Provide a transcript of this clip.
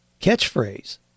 Catchphrase